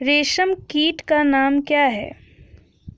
रेशम कीट का नाम क्या है?